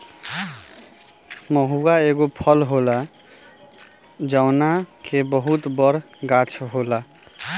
महुवा एगो फल होला जवना के बहुते बड़ गाछ होला